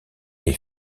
est